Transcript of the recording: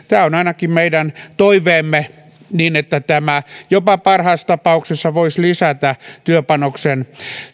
tämä on ainakin meidän toiveemme niin että tämä parhaassa tapauksessa voisi jopa lisätä työpanoksen